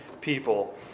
people